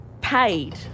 paid